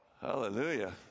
Hallelujah